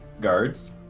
guards